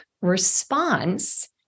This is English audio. response